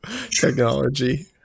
technology